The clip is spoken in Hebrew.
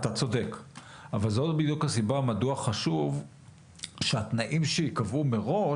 אתה צודק אבל זו בדיוק הסיבה מדוע חשוב שהתנאים שיקבעו מראש,